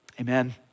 Amen